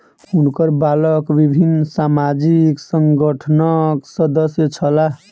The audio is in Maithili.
हुनकर बालक विभिन्न सामाजिक संगठनक सदस्य छला